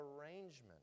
arrangement